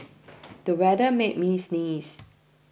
the weather made me sneeze